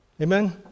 Amen